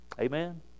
Amen